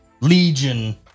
Legion